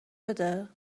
بده